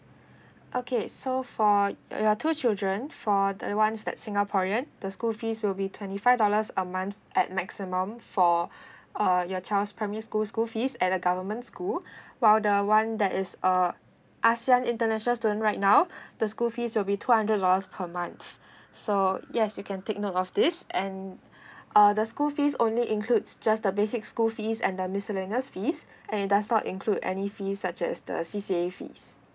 okay so for your two children for the [one] that singaporean the school fees will be twenty five dollars a month at maximum for uh your child's primary school school fees at the government school while the [one] that is uh asean international student right now the school fees will be two hundred dollars per month so yes you can take note of this and uh the school fees only includes just the basic school fees and the miscellaneous fees and does not include any fees such as the C_C_A fee